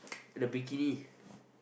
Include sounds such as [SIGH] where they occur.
the bikini [BREATH]